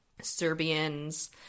Serbians